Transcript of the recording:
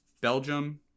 Belgium